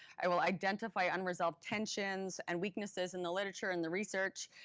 i will identify unresolved tensions and weaknesses in the literature and the research,